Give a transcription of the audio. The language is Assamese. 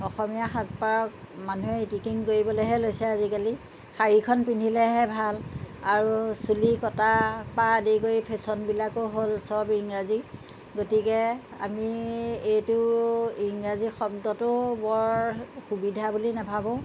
অসমীয়া সাজপাৰক মানুহে ইটিকিং কৰিবলেহে লৈছে আজিকালি শাৰীখন পিন্ধিলেহে ভাল আৰু চুলি কটা পৰা আদি কৰি ফেশ্বন বিলাকো হ'ল চব ইংৰাজী গতিকে আমি এইটো ইংৰাজী শব্দটো বৰ সুবিধা বুলি নাভাবোঁ